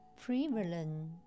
prevalent